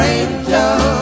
angel